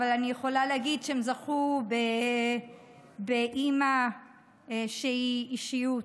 אבל אני יכולה להגיד שהם זכו באימא שהיא אישיות.